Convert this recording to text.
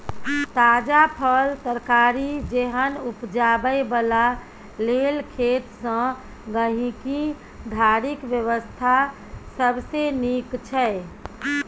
ताजा फल, तरकारी जेहन उपजाबै बला लेल खेत सँ गहिंकी धरिक व्यवस्था सबसे नीक छै